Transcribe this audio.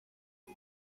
ibi